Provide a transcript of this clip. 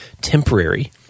temporary